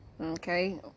Okay